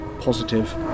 positive